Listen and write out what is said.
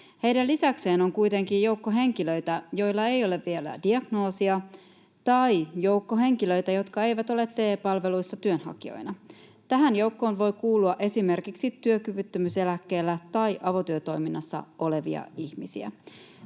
Heidän lisäkseen on kuitenkin joukko henkilöitä, joilla ei ole vielä diagnoosia, tai joukko henkilöitä, jotka eivät ole TE-palveluissa työnhakijoina. Tähän joukkoon voi kuulua esimerkiksi työkyvyttömyyseläkkeellä tai avotyötoiminnassa olevia ihmisiä.